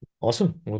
Awesome